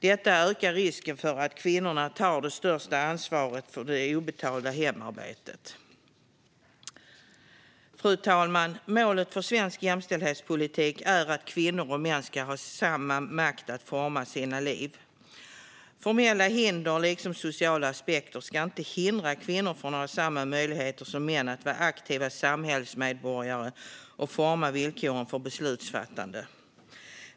Detta ökar risken att kvinnorna tar det största ansvaret för det obetalda hemarbetet. Fru talman! Målet för svensk jämställdhetspolitik är att kvinnor och män ska ha samma makt att forma sina liv. Formella hinder eller sociala aspekter ska inte hindra kvinnor från att ha samma möjligheter som män att vara aktiva samhällsmedborgare och forma villkoren för beslutsfattande.